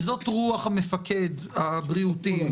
וזאת רוח המפקד הבריאותית.